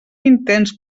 intens